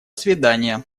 свиданья